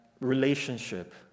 relationship